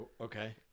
Okay